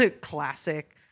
classic